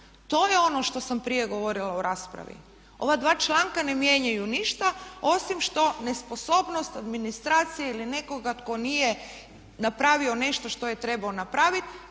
To je ono što sam prije govorila u raspravi. Ova dva članka ne mijenjaju ništa osim što nesposobnost administracije ili nekoga tko nije napravio nešto što je trebao napraviti